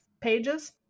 pages